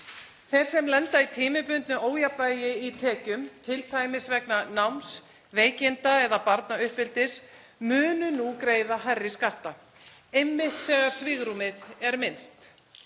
Þeir sem lenda í tímabundnu ójafnvægi í tekjum, t.d. vegna náms, veikinda eða barnauppeldis, munu nú greiða hærri skatta, einmitt þegar svigrúmið er minnst.